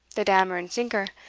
the dammer and sinker,